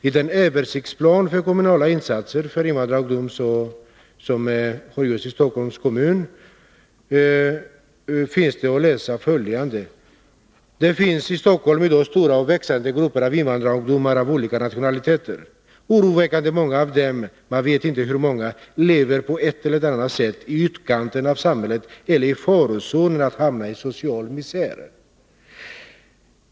I den översiktsplan för kommunala insatser för invandrarungdom i Stockholm som har utarbetats inom Stockholms kommuns invandrarförvaltning konstaterar man följande: ”Det finns i Stockholm i dag stora och växande grupper av invandrarungdomar av olika nationaliteter. Oroväckande många av dem — man vet inte hur många — lever på ett eller annat sätt i utkanten av samhället eller är i farozonen att hamna i social misär.